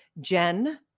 Jen